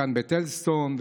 כאן בטלז סטון,